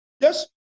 Yes